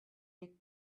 les